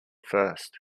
first